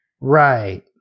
Right